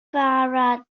bara